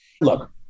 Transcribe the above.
Look